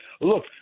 look